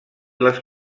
les